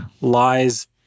lies